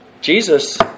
Jesus